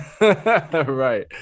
Right